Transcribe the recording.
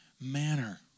manner